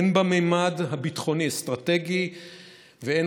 הן בממד הביטחוני-אסטרטגי והן,